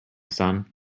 son